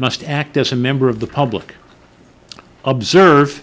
must act as a member of the public observe